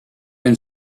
been